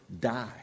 die